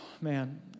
man